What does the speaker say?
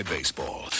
Baseball